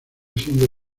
siendo